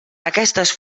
aquestes